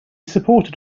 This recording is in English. supported